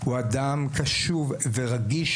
הוא אדם קשוב ורגיל,